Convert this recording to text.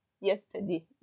yesterday